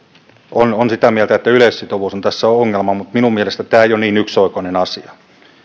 ovat sitä mieltä että yleissitovuus on tässä ongelma mutta minun mielestäni tämä ei ole niin yksioikoinen asia